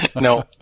No